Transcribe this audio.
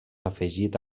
afegit